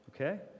Okay